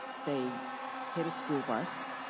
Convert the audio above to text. they hit a school bus.